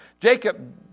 Jacob